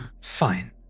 Fine